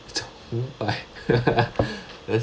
崇拜 yes